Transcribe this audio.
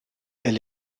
elle